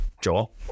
Joel